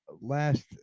last